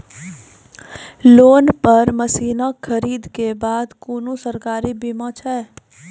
Loan पर मसीनऽक खरीद के बाद कुनू सरकारी बीमा छै?